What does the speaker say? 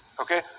Okay